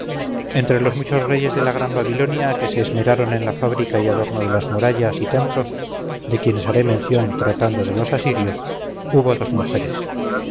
entre los muchos reyes de la gran babilonia que se esmeraron en la fábrica y adorno de las murallas y templos de quienes haré mención tratando de los asirlos hubo dos mujeres